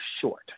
short